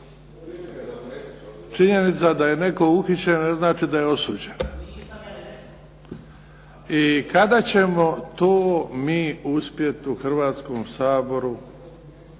Činjenica da je netko uhićen ne znači da je osuđen. I kada ćemo to mi uspjeti u Hrvatskom saboru